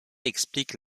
explique